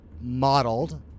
modeled